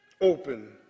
open